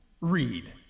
read